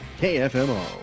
KFMO